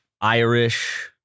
Irish